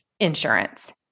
Insurance